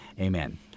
Amen